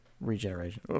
Regeneration